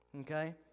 Okay